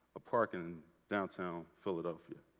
a park in downtown philadelphia.